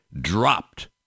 dropped